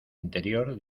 interior